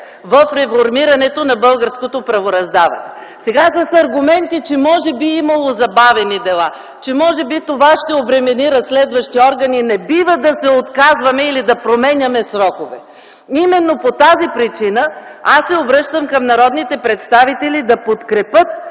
в реформирането на българското правораздаване. А сега се предлага да отпаднат с аргументи, че може би е имало забавени дела, че може би това ще обремени разследващите органи. Не бива да се отказваме или да променяме сроковете. Именно по тази причина аз се обръщам към народните представители да подкрепят